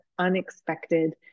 unexpected